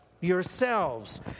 yourselves